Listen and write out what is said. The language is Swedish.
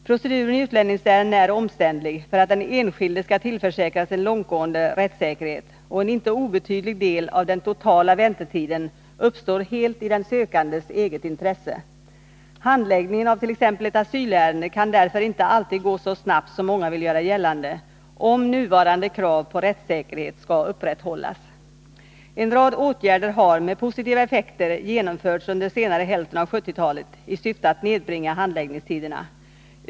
Proceduren i utlänningsärenden är omständlig för att den enskilde skall tillförsäkras en långtgående rättssäkerhet, och en inte obetydlig del av den totala väntetiden uppstår helt i den sökandes eget intresse. Handläggningen avt.ex. ett asylärende kan därför inte alltid gå så snabbt som många vill göra gällande, om nuvarande krav på rättssäkerhet skall upprätthållas. En rad åtgärder har, med positiva effekter, genomförts under senare hälften av 1970-talet i syfte att nedbringa handläggningstiderna.